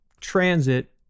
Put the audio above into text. transit